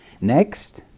Next